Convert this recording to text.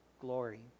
glory